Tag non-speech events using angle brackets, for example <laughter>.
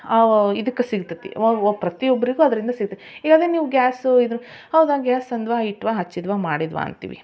ಆ ಇದಕ್ಕೆ ಸಿಗ್ತದೆ <unintelligible> ಪ್ರತಿಯೊಬ್ಬರಿಗೂ ಅದರಿಂದ ಸಿಗುತ್ತೆ ಈಗ ಅದೇ ನೀವು ಗ್ಯಾಸು ಇದು ಹೌದು ಒಂದು ಗ್ಯಾಸ್ ತಂದ್ವ ಇಟ್ವ ಹಚ್ಚಿದ್ವ ಮಾಡಿದ್ವ ಅಂತೀವಿ